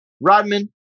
Rodman